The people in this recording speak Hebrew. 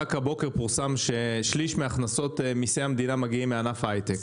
רק הבוקר פורסם ששליש מהכנסות מיסי המדינה מגיעים מענף ההיי-טק.